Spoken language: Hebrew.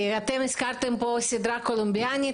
אתם הזכרתם פה את הסדרה הקולומביאנית,